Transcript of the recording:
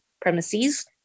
premises